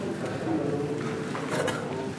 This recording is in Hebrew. אדוני ראש הממשלה,